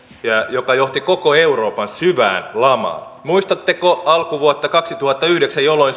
joka johti koko euroopan syvään lamaan muistatteko alkuvuotta kaksituhattayhdeksän jolloin